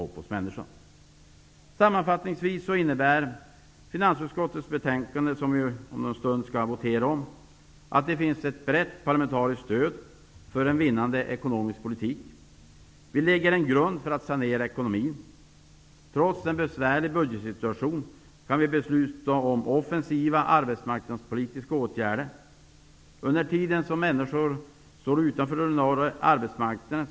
Därför är det riktigt att arbetsmarknadspolitiken inriktas på att prioritera bekämpningen av ungdomsarbetslösheten. Ungdomspraktikplatserna, som infördes för ett år sedan, har haft stora framgångar. Finansutskottets majoritet har därför ställt sig bakom regeringens förslag om fortsatt och utökad ungdomspraktik.